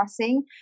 Crossing